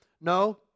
No